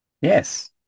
Yes